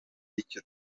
icyo